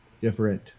different